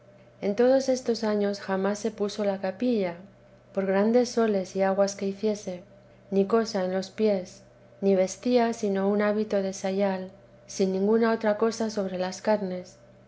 en todos estos años jamás se puso la capilla por grandes soles y aguas que hiciese ni cosa en los pies ni vestía sino un hábito de sayal sin ninguna otra cosa sobre las carnes